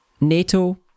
NATO